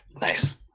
nice